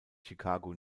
chicago